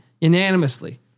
unanimously